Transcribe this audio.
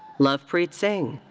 lovepreet singh.